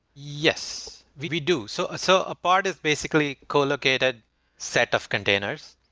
yes, we we do. so so a part is basically collocated set of containers,